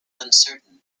uncertain